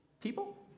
people